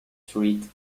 treat